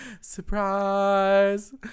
Surprise